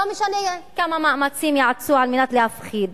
לא משנה כמה מאמצים יעשו להפחיד